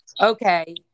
okay